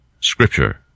Scripture